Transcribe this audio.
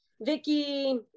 Vicky